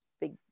big